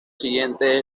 siguiente